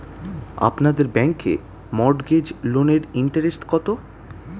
আপনাদের ব্যাংকে মর্টগেজ লোনের ইন্টারেস্ট কত?